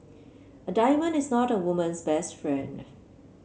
a diamond is not a woman's best friend